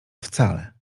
wcale